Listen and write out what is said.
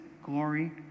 glory